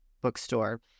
bookstore